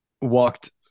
walked